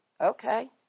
okay